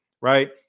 right